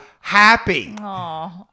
happy